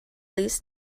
least